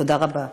תודה רבה.